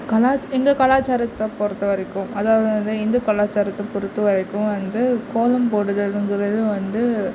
கலா எங்கள் கலாச்சாரத்தை பொறுத்த வரைக்கும் அதாவது வந்து இந்து கலாச்சாரத்தை பொறுத்த வரைக்கும் வந்து கோலம் போடுறது இதுங்கிறது வந்து